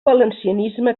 valencianisme